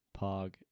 Pog